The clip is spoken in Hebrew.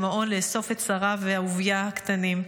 למעון לאסוף את שרה ואהוביה הקטנים.